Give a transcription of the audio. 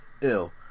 Ill